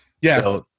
Yes